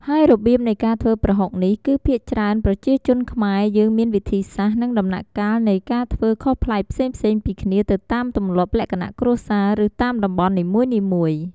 ហើយរបៀបនៃការធ្វើប្រហុកនេះ គឺភាគច្រើនប្រជាជនខ្មែរយើងមានវិធីសាស្ត្រ និងដំណាក់កាលនៃការធ្វើខុសប្លែកផ្សេងៗពីគ្នាទៅតាមទម្លាប់លក្ខណៈគ្រួសារ ឬតាមតំបន់នីមួយៗ។